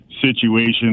situation